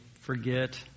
forget